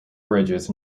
bridges